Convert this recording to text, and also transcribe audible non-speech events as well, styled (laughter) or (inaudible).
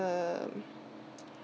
um (noise)